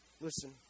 Listen